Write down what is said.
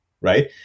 right